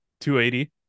280